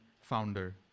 founder